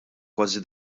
kważi